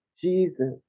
Jesus